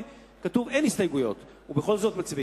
אסור לו להעיר